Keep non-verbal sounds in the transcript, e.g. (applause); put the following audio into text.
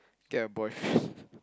get a boyfriend (breath)